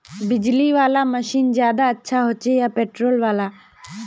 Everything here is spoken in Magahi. बिजली वाला मशीन ज्यादा अच्छा होचे या पेट्रोल वाला?